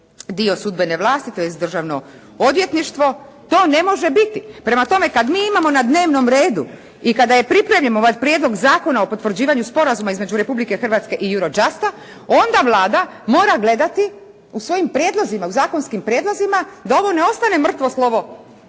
dio sudbene vlasti, tj. državno odvjetništvo to ne može biti. Prema tome, kad mi imamo na dnevnom redu i kada je pripremljen ovaj Prijedlog zakona o potvrđivanju Sporazuma između Republike Hrvatske i Eurojusta onda Vlada mora gledati o svojim prijedlozima, o zakonskim prijedlozima da ono ne ostane mrtvo slovo